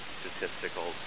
statistical